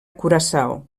curaçao